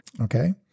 Okay